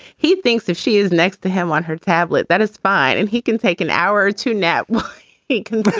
he thinks if she is next to him on her tablet, that is fine and he can take an hour to nap while he can